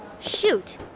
Shoot